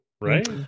right